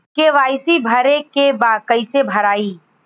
KYC भरे के बा कइसे भराई?